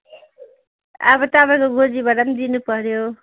अब तपाईँको गोजीबाट पनि दिनुपर्यो